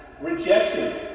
rejection